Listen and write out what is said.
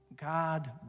God